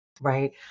Right